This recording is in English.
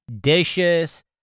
Dishes